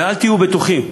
ואל תהיו בטוחים,